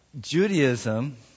Judaism